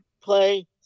play